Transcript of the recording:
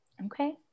Okay